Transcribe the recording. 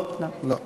לא, לא.